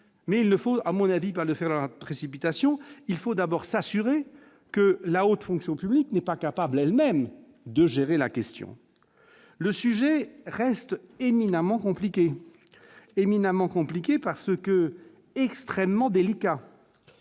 mais il ne faut à mon avis pas le faire dans la précipitation, il faut d'abord s'assurer que la haute fonction publique n'est pas capable elles-mêmes de gérer la question, le sujet reste éminemment compliqué éminemment compliqué parce que extrêmement délicat,